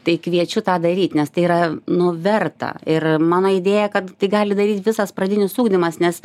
tai kviečiu tą daryt nes tai yra nu verta ir mano idėja kad tai gali daryt visas pradinis ugdymas nes